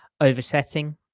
oversetting